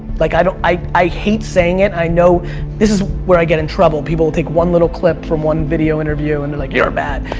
like i i hate saying it. i know this is where i get in trouble. people will take one little clip from one video interview and they're like, you're bad.